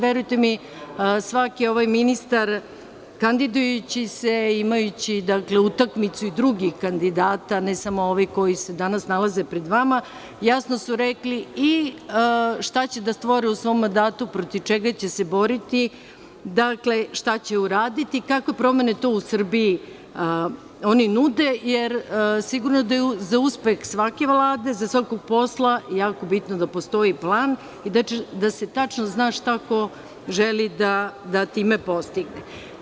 Verujte mi, svaki ovaj ministar kandidujući se i igrajući utakmicu drugih kandidata, a ne samo ovih koji se danas nalaze pred vama, jasno su rekli i šta će da stvore u svom mandatu, protiv čega će se boriti, šta će uraditi, kakve promene to u Srbiji oni nude, jer sigurno da je za uspeh svake Vlade za svaki posao jako bitno da postoji plan i da se tačno zna šta neko želi da time postigne.